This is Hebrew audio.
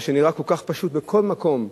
מה שנראה כל כך פשוט בכל מקום,